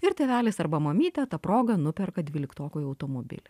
ir tėvelis arba mamytė ta proga nuperka dvyliktokui automobilį